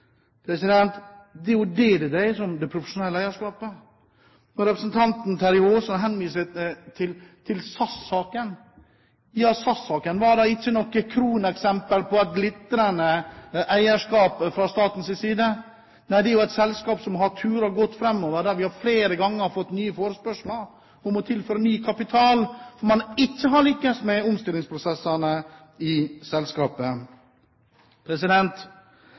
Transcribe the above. Det er jo det profesjonelle eierskapet det dreier seg om. Når representanten Terje Aasland henviser til SAS-saken, er ikke den saken noe kroneksempel på glitrende eierskap fra statens side. Nei, SAS er jo et selskap som har turet godt framover, der vi flere ganger har fått nye forespørsler om å tilføre ny kapital fordi man i selskapet ikke har lyktes med omstillingsprosessene.